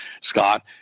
Scott